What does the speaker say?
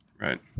Right